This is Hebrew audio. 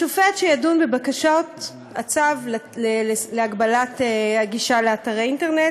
השופט שידון בבקשות הצו להגבלת הגישה לאתרי אינטרנט